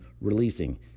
releasing